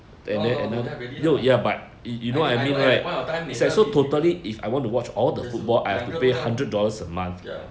and then another have already you ya but it you know what I mean like why of time is like so totally if I want to watch all the football I have to pay hundred dollars a month ya whereas across the causeway astro